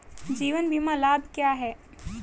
जीवन बीमा लाभ क्या हैं?